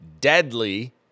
deadly